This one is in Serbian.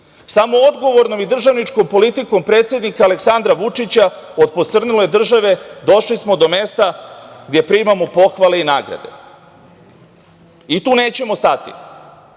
Samo odgovornom i državničkom politikom predsednika Aleksandra Vučića od posrnule države došli smo do mesta gde primamo pohvale i nagrade i tu nećemo stati.